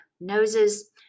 Noses